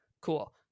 Cool